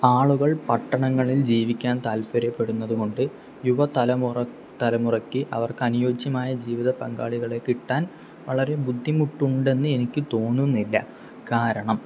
ആളുകൾ പട്ടണങ്ങളിൽ ജീവിക്കാൻ താല്പര്യപ്പെടുന്നതുകൊണ്ട് യുവ തലമുറ തലമുറക്ക് അവർക്കനുയോജ്യമായ ജീവിത പങ്കാളികളെ കിട്ടാൻ വളരെ ബുദ്ധിമുട്ടുണ്ടെന്ന് എനിക്ക് തോന്നുന്നില്ല കാരണം